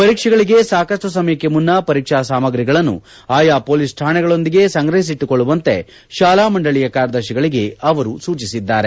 ಪರೀಕ್ಷೆಗಳಿಗೆ ಸಾಕಷ್ಟು ಸಮಯಕ್ಕೆ ಮುನ್ನ ಪರೀಕ್ಷಾ ಸಾಮರಿಗಳನ್ನು ಆಯಾ ಪೊಲೀಸ್ ಶಾಣೆಗಳೊಂದಿಗೆ ಸಂಗ್ರಹಿಸಿಟ್ಟುಕೊಳ್ಳುವಂತೆ ಶಾಲಾ ಮಂಡಳಿಯ ಕಾರ್ಯದರ್ತಿಗಳಿಗೆ ಅವರು ಸೂಚಿಸಿದ್ದಾರೆ